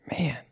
Man